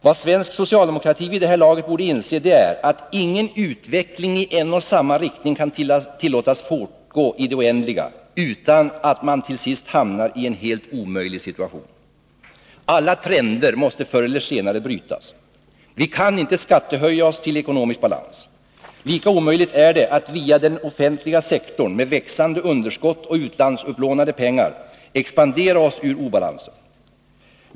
Vad svensk socialdemokrati vid det här laget borde inse, det är att ingen utveckling i en och samma riktning kan tillåtas fortgå i det oändliga utan att man till sist hamnar i en helt omöjlig situation. Alla trender måste förr eller senare brytas. Vi kan inte skattehöja oss till ekonomisk balans. Lika omöjligt är det att via den offentliga sektorn med växande underskott och utlandsupplånade pengar expandera oss ur obalansen.